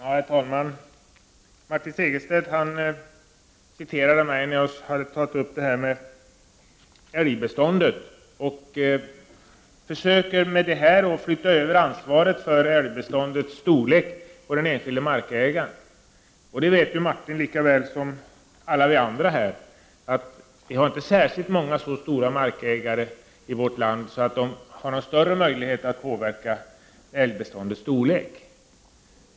Herr talman! Martin Segerstedt citerade vad jag sade när jag talade om älgbeståndet. Han försökte med detta flytta över ansvaret för älgbeståndets storlek på den enskilde markägaren. Martin Segerstedt vet lika väl som alla vi andra att vi i vårt land inte har särskilt många markägare som har så stora arealer att de har någon större möjlighet att påverka älgbeståndets storlek.